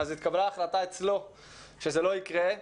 התקבלה אצלו החלטה שזה לא יקרה.